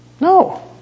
No